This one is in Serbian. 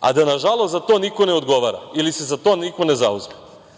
a da nažalost za to niko ne odgovara ili se za to niko ne zauzme. Moje